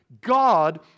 God